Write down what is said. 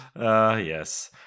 yes